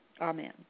Amen